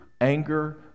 anger